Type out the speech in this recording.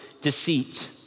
deceit